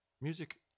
Music